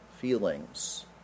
feelings